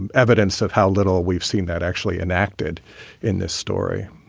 and evidence of how little we've seen that actually enacted in this story,